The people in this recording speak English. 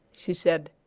she said,